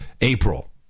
April